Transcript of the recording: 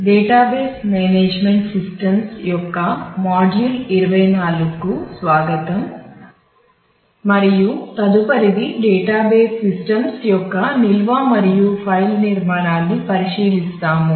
database management systems నిర్మాణాన్ని పరిశీలిస్తాము